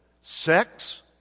sex